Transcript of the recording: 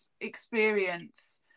experience